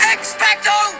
Expecto